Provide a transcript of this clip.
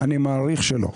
אני מעריך שלא.